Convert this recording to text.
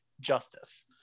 justice